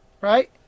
right